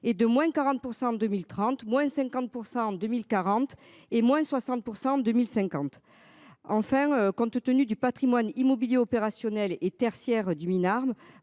et de moins 40% en 2030, moins 50% en 2040 et moins 60% en 2050. Enfin, compte tenu du Patrimoine immobilier opérationnel et tertiaire du MIN armes